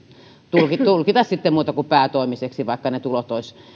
tulkita tulkita sitä muuksi kuin päätoimiseksi vaikka ne tulot olisivat